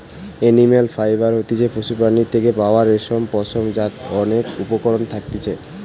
animal fibre হতিছে পশুর প্রাণীর থেকে পাওয়া রেশম, পশম যার অনেক উপকরণ থাকতিছে